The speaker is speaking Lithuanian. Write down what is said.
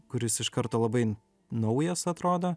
kuris iš karto labai naujas atrodo